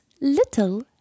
Little